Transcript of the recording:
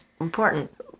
important